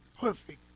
perfect